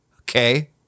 Okay